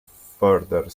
further